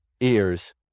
ears